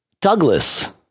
Douglas